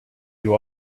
you